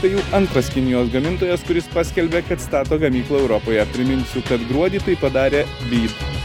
tai jau antras kinijos gamintojas kuris paskelbė kad stato gamyklą europoje priminsiu kad gruodį tai padarė byd